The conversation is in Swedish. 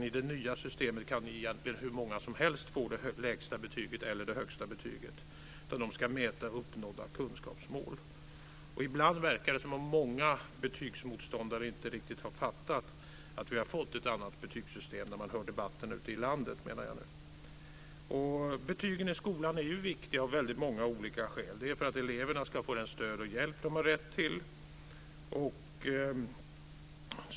I det nya betygssystemet kan egentligen hur många som helst få det lägsta eller det högsta betyget. Det ska mäta uppnådda kunskapsmål. När man hör debatten ute i landet verkar det ibland som om många betygsmotståndare inte riktigt har fattat att vi har fått ett annat betygssystem. Betygen i skolan är viktiga av många olika skäl. Det är för att eleverna ska få det stöd och den hjälp de har rätt till.